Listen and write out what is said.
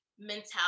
mentality